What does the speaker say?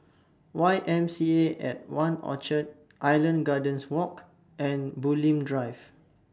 Y M C A At one Orchard Island Gardens Walk and Bulim Drive